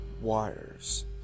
wires